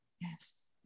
Yes